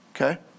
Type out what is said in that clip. okay